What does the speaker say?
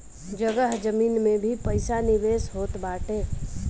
जगह जमीन में भी पईसा निवेश होत बाटे